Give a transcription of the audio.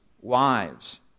Wives